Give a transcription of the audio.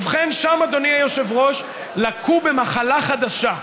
ובכן שם, אדוני היושב-ראש, לקו במחלה חדשה,